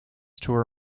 tour